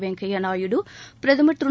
வெங்கையா நாயுடு பிரதமர் திரு